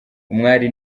umwali